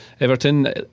Everton